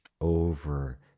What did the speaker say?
over